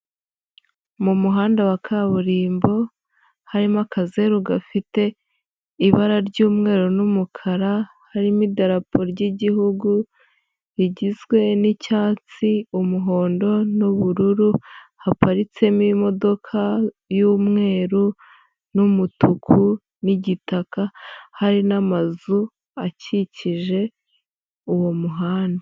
Mu muhanda wa kaburimbo, harimo akazeru gafite ibara ry'umweru n'umukara, harimo idarapo ry'igihugu rigizwe ni'icyatsi, umuhondo n'ubururu, haparitsemo imodoka y'umweru n'umutuku n'igitaka, hari n'amazu akikije uwo muhanda.